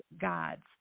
gods